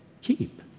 keep